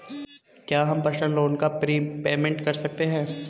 क्या हम personal loan का प्रीपेमेंट कर सकते हैं?